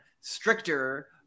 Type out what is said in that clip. stricter